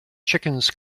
chickens